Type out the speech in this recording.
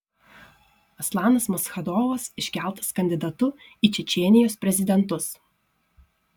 aslanas maschadovas iškeltas kandidatu į čečėnijos prezidentus